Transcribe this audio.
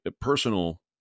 personal